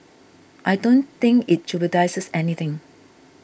I don't think it jeopardises anything